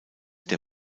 der